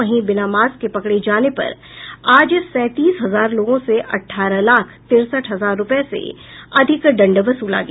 वहीं बिना मास्क के पकड़े जाने पर आज सैंतीस हजार लोगों से अठारह लाख तिरसठ हजार रूपये से अधिक दंड वसूला गया